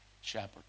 shepherd